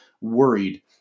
worried